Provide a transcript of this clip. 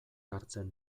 hartzen